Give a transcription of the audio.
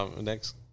next